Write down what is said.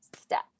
steps